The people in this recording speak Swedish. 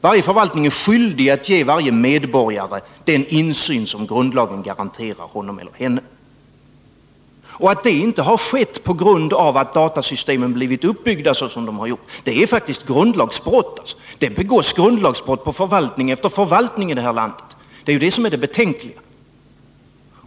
Varje förvaltning är skyldig att ge medborgarna den insyn som grundlagen garanterar dem. Att så inte har skett på grund av att datasystemen blivit uppbyggda så som de blivit är faktiskt ett grundlagsbrott. Det begås grundlagsbrott på förvaltning efter förvaltning i det här landet, och det är beklagligt.